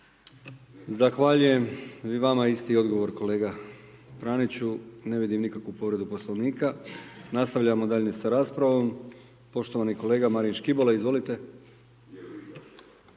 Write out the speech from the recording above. Zahvaljujem. I vama isti odgovor kolega Praniću. Ne vidim nikakvu povredu Poslovnika. Nastavljamo dalje sa raspravom. Poštovani kolega Marin Škibola izvolite.